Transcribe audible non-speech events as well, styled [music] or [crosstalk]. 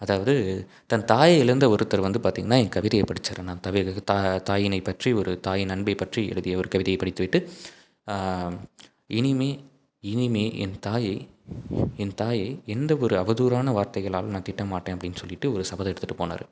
அதாவது தன் தாயை இழந்த ஒருத்தர் வந்து பார்த்திங்கனா என் கவிதையை படிச்சார் நான் [unintelligible] தா தாயினை பற்றி ஒரு தாயின் அன்பை பற்றி எழுதிய ஒரு கவிதையை படித்துவிட்டு இனிமே இனிமே என் தாயை என் தாயை எந்த ஒரு அவதூறான வார்த்தைகளாலும் நான் திட்டமாட்டேன் அப்படின்னு சொல்லிவிட்டு ஒரு சபதம் எடுத்துகிட்டு போனார்